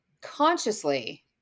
consciously